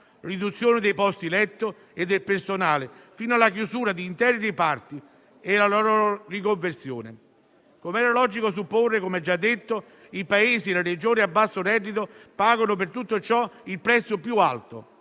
riduzione dei posti letto e del personale, fino alla chiusura di interi reparti e alla loro riconversione. È stato già detto che - come era logico supporre - i Paesi e le Regioni a basso reddito pagano per tutto ciò il prezzo più alto